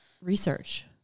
research